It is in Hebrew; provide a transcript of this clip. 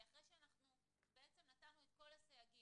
כי אחרי שאנחנו בעצם נתנו את כל הסייגים